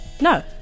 No